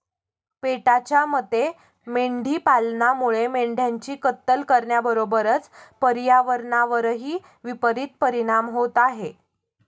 पेटाच्या मते मेंढी पालनामुळे मेंढ्यांची कत्तल करण्याबरोबरच पर्यावरणावरही विपरित परिणाम होत आहे